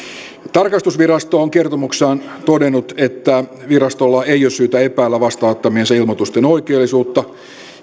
tarkastusvirasto on kertomuksessaan todennut että virastolla ei ole syytä epäillä vastaanottamiensa ilmoitusten oikeellisuutta